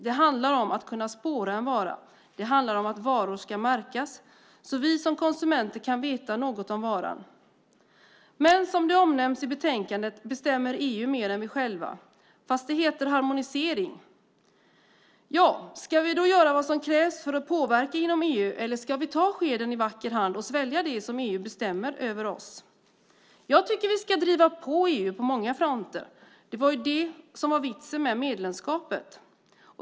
Det handlar om att kunna spåra en vara och att varor ska märkas så att vi som konsumenter kan veta något om varan. Men som det omnämns i betänkandet bestämmer EU mer än vi själva - fast det heter harmonisering. Ska vi då göra vad som krävs eller ska vi ta skeden i vacker hand och svälja det som EU bestämmer över våra huvuden? Jag tycker att vi ska driva på EU på många fronter. Det var vitsen med medlemskapet.